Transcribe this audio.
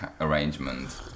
arrangement